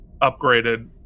upgraded